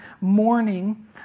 morning